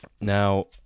Now